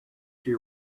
she